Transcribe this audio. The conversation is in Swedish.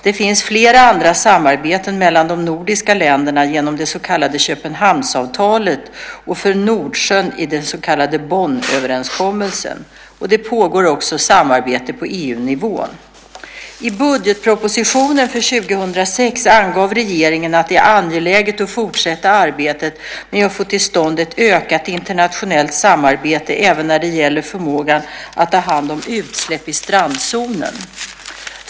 Det finns flera andra samarbeten mellan de nordiska länderna genom det så kallade Köpenhamnsavtalet och för Nordsjön i den så kallade Bonnöverenskommelsen. Det pågår också samarbeten på EU-nivå. I budgetpropositionen för 2006 angav regeringen att det är angeläget att fortsätta arbetet med att få till stånd ett ökat internationellt samarbete även när det gäller förmågan att ta hand om utsläpp i strandzonen.